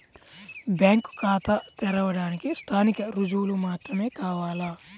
Bank ఖాతా తెరవడానికి స్థానిక రుజువులు మాత్రమే కావాలా?